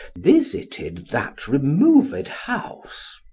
visited that removed house.